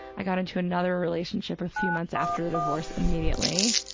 i got into another relationship a few months after the divorce immediately,